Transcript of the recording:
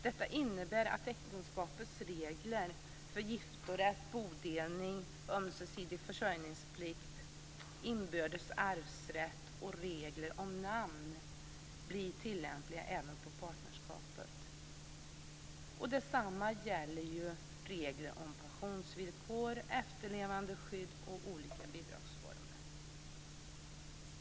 Detta innebär att äktenskapets regler för giftorätt, bodelning, ömsesidig försörjningsplikt, inbördes arvsrätt och regler om namn blir tillämpliga även på partnerskapet. Detsamma gäller regler om pensionsvillkor, efterlevandeskydd och olika bidragsformer.